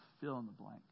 fill-in-the-blank